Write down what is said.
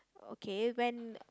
okay when